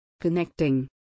Connecting